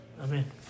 Amen